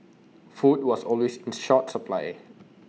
food was always in short supply